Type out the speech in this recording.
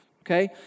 okay